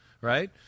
right